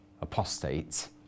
apostates